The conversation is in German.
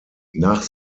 nach